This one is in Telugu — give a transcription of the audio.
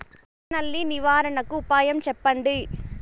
తెల్ల నల్లి నివారణకు ఉపాయం చెప్పండి?